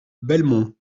belmont